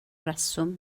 reswm